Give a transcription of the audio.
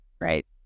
Right